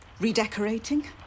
Redecorating